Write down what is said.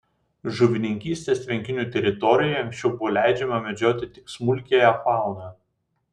žuvininkystės tvenkinių teritorijoje anksčiau buvo leidžiama medžioti tik smulkiąją fauną